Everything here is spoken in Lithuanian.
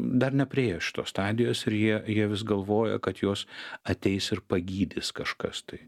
dar nepriėjo šitos stadijos ir jie jie vis galvoja kad juos ateis ir pagydys kažkas tai